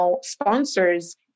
sponsors